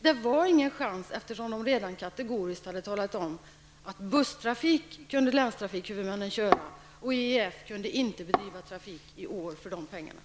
Det var ingen chans, eftersom de redan kategoriskt hade talat om att länstrafikhuvudmännen kunde bedriva busstrafik men att IEF inte kunde driva trafik i år för motsvarande pengar.